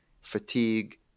fatigue